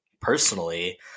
personally